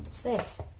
this?